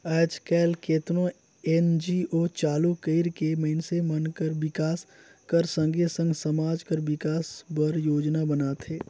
आएज काएल केतनो एन.जी.ओ चालू कइर के मइनसे मन कर बिकास कर संघे संघे समाज कर बिकास बर योजना बनाथे